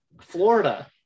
Florida